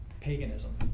paganism